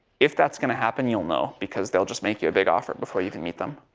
if that's going to happen you'll know. because they'll just make you a big offer before you can meet them.